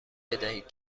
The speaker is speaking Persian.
بدهید